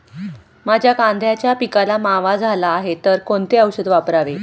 माझ्या कांद्याच्या पिकाला मावा झाला आहे तर कोणते औषध वापरावे?